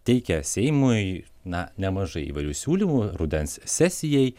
teikia seimui na nemažai įvairių siūlymų rudens sesijai